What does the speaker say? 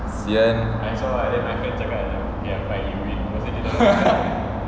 sian